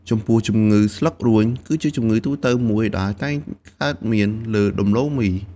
ចំពោះជំងឺស្លឹករួញ គឺជាជំងឺទូទៅមួយដែលតែងកើតមានលើដំឡូងមី។